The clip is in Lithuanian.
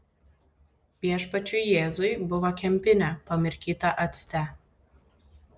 viešpačiui jėzui buvo kempinė pamirkyta acte